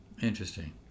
Interesting